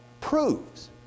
proves